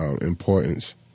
importance